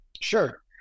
Sure